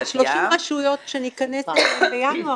וה-30 רשויות שניכנס אליהן בינואר,